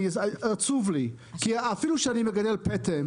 עצוב לי, כי אפילו שאני מגדל פטם